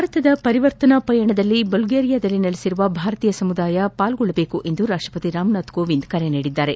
ಭಾರತದ ಪರಿವರ್ತನಾ ಪಯಣದಲ್ಲಿ ಬಲ್ಗೇರಿಯಾದಲ್ಲಿ ನೆಲೆಸಿರುವ ಭಾರತೀಯ ಸಮುದಾಯ ಭಾಗಿಯಾಗುವಂತೆ ರಾಷ್ಟಪತಿ ರಾಮನಾಥ್ ಕೋವಿಂದ್ ಕರೆ ನೀಡಿದ್ದಾರೆ